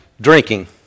drinking